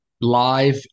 live